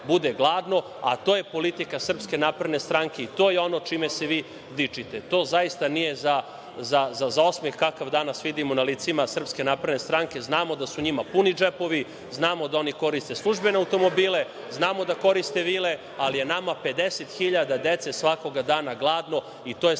bude gladno, a to je politika SNS i to je ono čime se vi dičite. To zaista nije za osmeh kakav danas vidimo na licima SNS, znamo da su njima puni džepovi, znamo da oni koriste službene automobile, znamo da koriste vile, ali je nama 50.000 dece svakoga dana gladno i to je